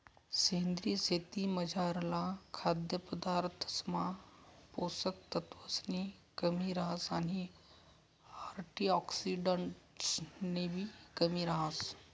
सेंद्रीय शेतीमझारला खाद्यपदार्थसमा पोषक तत्वसनी कमी रहास आणि अँटिऑक्सिडंट्सनीबी कमी रहास